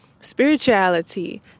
spirituality